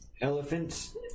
elephants